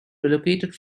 relocated